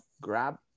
grab